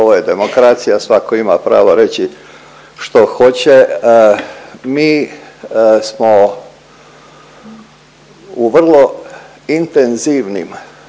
ovo je demokracija svako ima pravo reći što hoće. Mi smo u vrlo intenzivnim